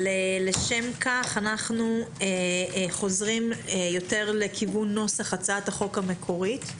לשם כך אנו חוזרים לכיוון נוסח הצעת החוק המקורית,